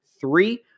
three